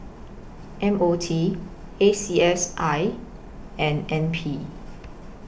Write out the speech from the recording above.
M O T A C S I and N P